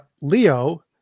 Leo